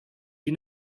you